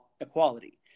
equality